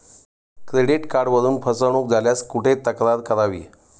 Credit कार्डवरून फसवणूक झाल्यास कुठे तक्रार करावी?